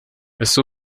ese